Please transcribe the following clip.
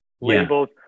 labels